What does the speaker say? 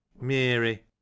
Mary